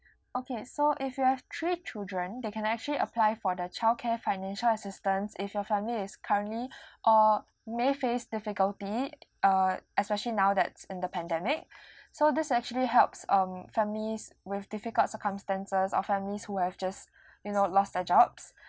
okay so if you have three children they can actually apply for the childcare financial assistance if your family is currently or may face difficulty uh especially now that's in the pandemic so this actually helps um families with difficult circumstances or families who have just you know lost their jobs